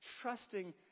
trusting